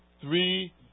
three